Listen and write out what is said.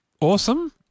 awesome